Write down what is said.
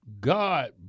God